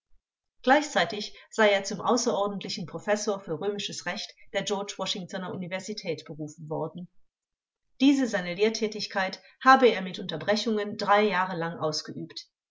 gleichzeitig sei er zum außerordentlichen professor für römisches recht der george washingtoner universität berufen worden diese seine lehrtätigkeit habe er mit unterbrechungen drei jahre lang ausgeübt